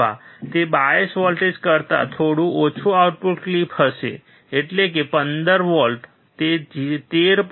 અથવા તે bias voltage કરતા થોડું ઓછું આઉટપુટ ક્લિપ હશે એટલે કે 15 વોલ્ટ તે 13